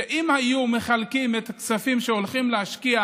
ואם היו מחלקים את הכספים שהולכים להשקיע